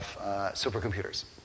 supercomputers